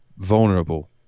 vulnerable